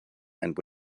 and